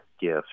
gift